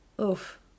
Oof